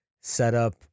setup